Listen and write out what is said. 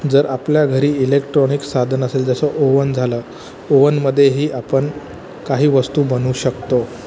जर आपल्या घरी इलेक्ट्रॉनिक साधन असेल जसं ओवन झालं ओवनमध्ये ही आपण काही वस्तू बनवू शकतो